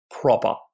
proper